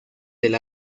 del